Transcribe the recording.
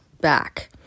back